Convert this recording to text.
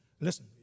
Listen